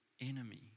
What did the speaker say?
enemy